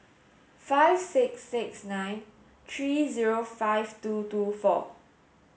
five six six nine three zero five two two four